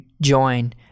join